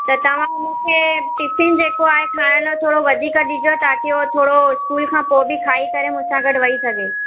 त तव्हां हिन खे टिफ़िन जेको आहे खाइण लाइ थोरो वधीक ॾिजो ताकी उहो थोरो स्कूल खां पोइ बि खाई करे मूं सां गॾु वेई सघे